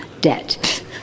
debt